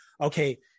okay